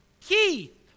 Keith